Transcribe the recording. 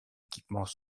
équipements